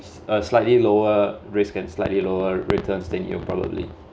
uh slightly lower risk and slightly lower returns than you probably